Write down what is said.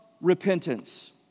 repentance